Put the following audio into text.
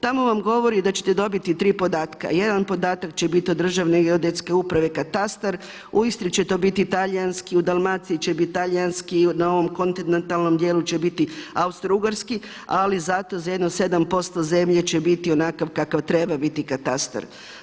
Tamo vam govori da ćete dobiti tri podatak, jedan podatak će biti od Državne geodetske uprave katastar, u Istri će to biti talijanski, u Dalmaciji će biti talijanski, u novom kontinentalnom dijelu će biti austrougarski, ali zato za jedno 7% zemlje će biti onakav kakav treba biti katastar.